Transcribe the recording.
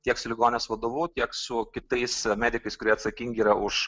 tiek su ligoninės vadovu tiek su kitais medikais kurie atsakingi yra už